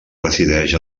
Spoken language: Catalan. resideix